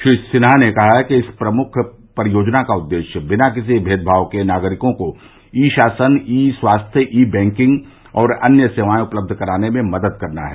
श्री सिन्हा ने कहा कि इस प्रमुख परियोजना का उद्देश्य बिना किसी मेदमाव के नागरिकों को ई शासन ई स्वास्थ्य ई बैंकिंग और अन्य सेवायें उपलब्ध कराने में मदद करना है